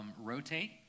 rotate